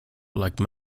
like